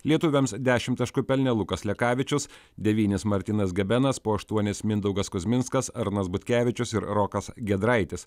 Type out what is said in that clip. lietuviams dešimt taškų pelnė lukas lekavičius devynis martynas gabenas po aštuonis mindaugas kuzminskas arnas butkevičius ir rokas giedraitis